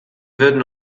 würden